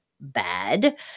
bad